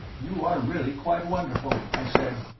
you are really quite wonderful, i said.